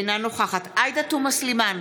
אינה נוכחת עאידה תומא סלימאן,